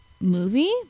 movie